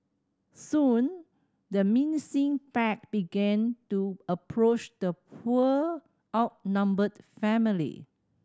soon the menacing pack began to approach the poor outnumbered family